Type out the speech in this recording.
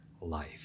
life